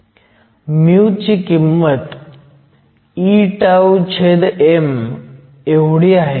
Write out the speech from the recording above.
μ ची किंमत eτ m एवढी आहे